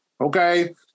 okay